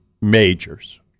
majors